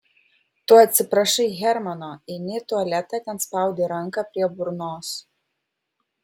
tu atsiprašai hermano eini į tualetą ten spaudi ranką prie burnos